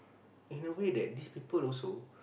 in a way that these people also